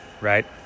right